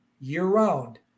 year-round